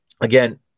again